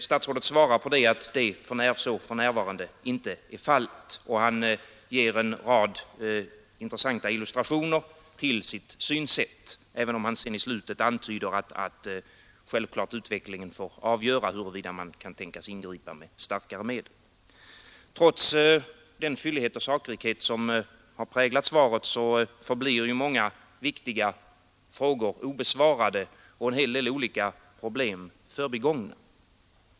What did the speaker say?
Statsrådet svarar att så för närvarande inte är fallet, och han ger en rad intressanta illustrationer till sitt synsätt, även om han sedan i slutet antyder att utvecklingen självfallet får avgöra huruvida man bör ingripa med starkare medel. Trots den fyllighet och saklighet som präglar svaret förblir många viktiga frågor obesvarade och en del olika problem förbigångna.